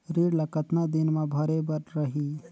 ऋण ला कतना दिन मा भरे बर रही?